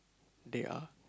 they are